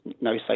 no